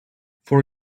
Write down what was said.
for